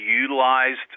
utilized